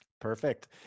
Perfect